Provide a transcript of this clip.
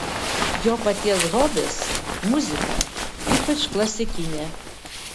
jo paties hobis muzika ypač klasikinė